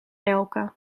elke